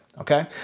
okay